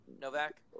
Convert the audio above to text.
Novak